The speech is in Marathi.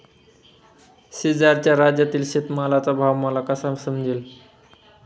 शेजारच्या राज्यातील शेतमालाचा भाव मला कसा समजेल?